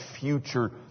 future